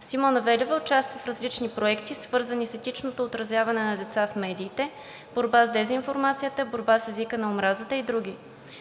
Симона Велева участва в различни проекти, свързани с етичното отразяване на деца в медиите, борба с дезинформацията, борба с езика на омразата и други.